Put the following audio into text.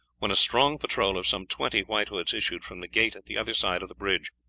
when a strong patrol of some twenty white hoods issued from the gate at the other side of the bridge.